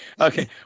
okay